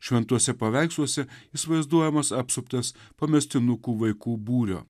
šventuose paveiksluose jis vaizduojamas apsuptas pamestinukų vaikų būrio